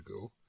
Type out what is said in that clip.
go